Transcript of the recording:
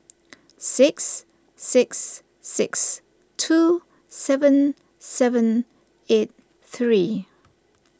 six six six two seven seven eight three